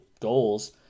goals